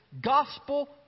gospel